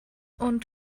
und